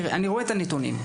אני רואה את הנתונים.